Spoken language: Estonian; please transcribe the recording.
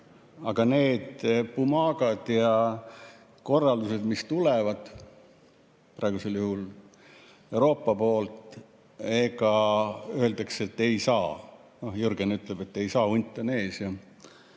aga need bumaagad ja korraldused, mis tulevad praegusel juhul Euroopa poolt – öeldakse, et ei saa. Jürgen ütleb, et ei saa, hunt on ees